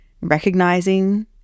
recognizing